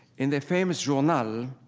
in their famous journal,